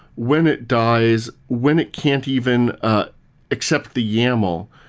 when it dies, when it can't even ah accept the yaml,